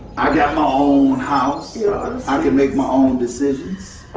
i got my own house i can make my own decision.